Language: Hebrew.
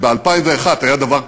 ב-2001 היה דבר כזה,